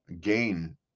gain